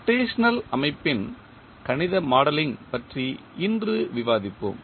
rotational அமைப்பின் கணித modelling பற்றி இன்று விவாதிப்போம்